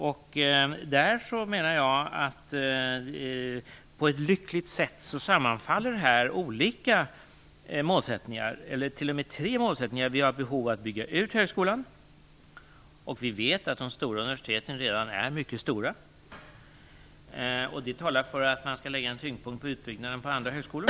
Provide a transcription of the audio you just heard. Jag menar att tre olika målsättningar här sammanfaller på ett lyckligt sätt. För det första: Vi har behov av att bygga ut högskolan. Vi vet att de stora universiteten redan är mycket stora. Det talar för att man skall lägga tyngdpunkten på utbyggnaden av andra högskolor.